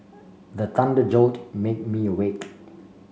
the thunder jolt made me awake